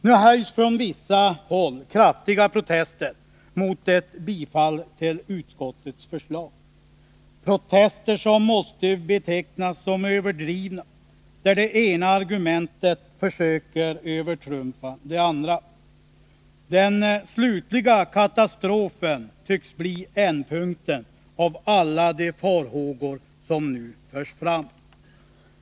Nu höjs från vissa håll kraftiga protester mot ett bifall till utskottets förslag, protester som måste betecknas som överdrivna och där det ena argumentet försöker övertrumfa det andra. Den slutliga katastrofen tycks bli ändpunkten av alla de farhågor som nu förs fram.